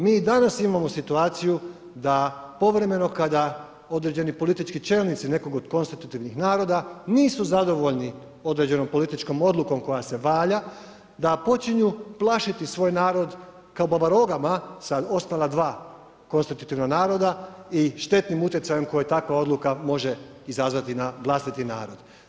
Mi i danas imamo situaciju da povremeno kada određeni politički čelnici nekog od konstitutivnih naroda nisu zadovoljni određenom političkom odlukom koja se valja, da počinju plašiti svoj narod kao baba-rogama sa ostala dva konstitutivna naroda i štetnim utjecajem koji takva odluka može izazvati na vlastiti narod.